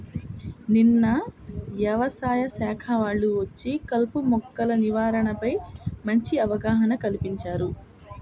నిన్న యవసాయ శాఖ వాళ్ళు వచ్చి కలుపు మొక్కల నివారణపై మంచి అవగాహన కల్పించారు